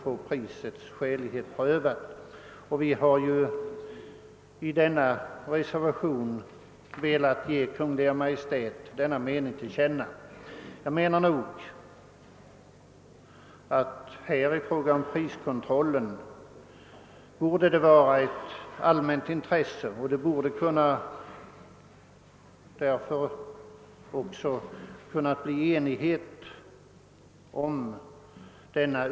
I reservationen föreslår vi att denna uppfattning skall ges Kungl. Maj:t till känna. En sådan vidgad möjlighet för läkemedelsnämnden att pröva läkemedelspriser borde enligt vår mening vara ett allmänt intresse, och därför borde det också kunna bli enighet därom.